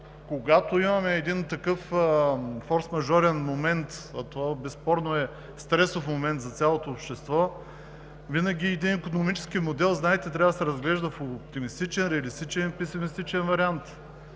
когато имаме такъв форсмажорен момент, а този безспорно е стресов момент за цялото общество, винаги един икономически модел, знаете, трябва да се разглежда в оптимистичен, реалистичен и песимистичен вариант.